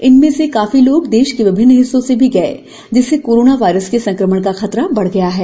इनमें से काफी लोग देश के विभिन्न हिस्सों में भी गये जिससे कोरोना वायरस के संक्रमण का खतरा बढ गया है